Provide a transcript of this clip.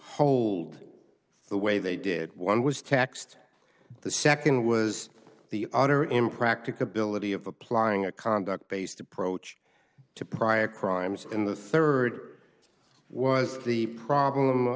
hold the way they did one was taxed the second was the utter impracticability of applying a conduct based approach to prior crimes and the third was the problem